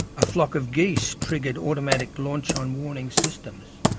a flock of geese triggered automatic launch-on-warning systems.